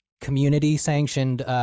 community-sanctioned